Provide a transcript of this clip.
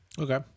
Okay